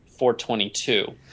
422